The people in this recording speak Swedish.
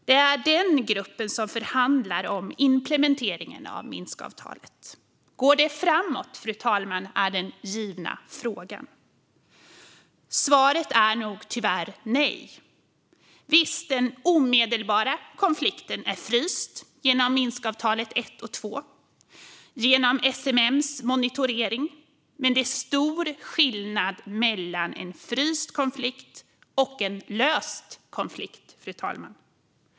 Det är den gruppen som förhandlar om implementeringen av Minskavtalet. Går det framåt, fru talman, är den givna frågan. Svaret är nog tyvärr nej. Visst, den omedelbara konflikten är fryst genom Minskavtalet 1 och 2 och genom SMM:s monitorering. Men det är stor skillnad mellan en fryst konflikt och löst konflikt, fru talman.